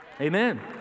Amen